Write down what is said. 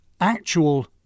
actual